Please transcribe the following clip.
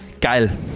geil